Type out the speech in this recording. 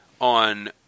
on